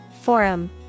Forum